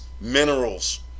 minerals